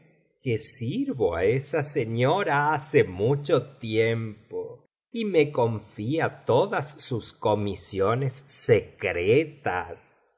que sirvo á esa señora hace mucho tiempo y me confia todas sus comisiones secretas